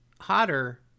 hotter